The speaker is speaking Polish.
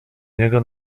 niego